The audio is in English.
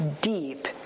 deep